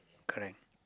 correct